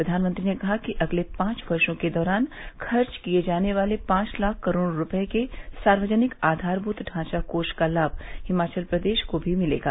प्रधानमंत्री ने कहा कि अगले पांच वर्षों के दौरान खर्च किये जाने वाले पांच लाख करोड़ रूपये के सार्वजनिक आधारभूत ढांचा कोष का लाम हिमाचल प्रदेश को भी मिलेगा